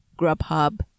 Grubhub